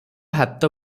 ହାତ